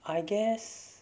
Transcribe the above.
I guess